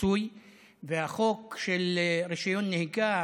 פיצוי והחוק של רישיון נהיגה,